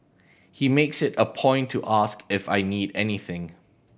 he makes it a point to ask if I need anything